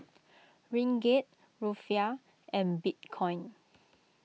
Ringgit Rufiyaa and Bitcoin